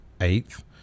eighth